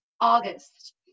August